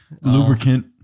Lubricant